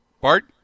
Bart